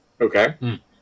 Okay